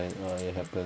right what it happen